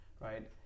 right